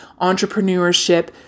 entrepreneurship